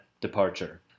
departure